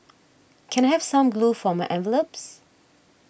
can I have some glue for my envelopes